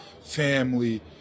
family